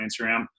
Instagram